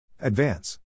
Advance